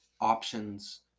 options